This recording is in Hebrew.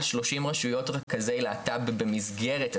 שלושים רשויות רכזי להט"ב במסגרת התכנית,